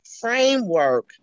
framework